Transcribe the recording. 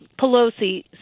Pelosi